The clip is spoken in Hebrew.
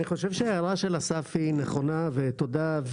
אני חושב שההערה של אסף נכונה ותודה.